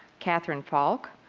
kathryn falk